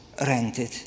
rented